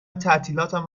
تعطیلاتم